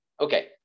Okay